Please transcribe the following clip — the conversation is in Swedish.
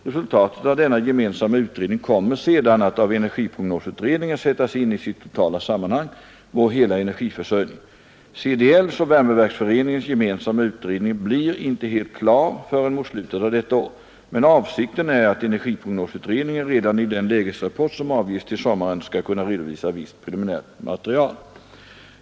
Resultatet av denna gemensamma utredning kommer sedan att av energiprognosutredningen sättas in i sitt totala sammanhang, vår hela energiförsörjning. CDL:s och Värmeverksföreningens gemensamma utredning blir inte helt klar förrän mot slutet av detta år, men avsikten är att energiprognosutredningen redan i den lägesrapport som avges till sommaren skall kunna redovisa visst preliminärt material.